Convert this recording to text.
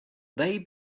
they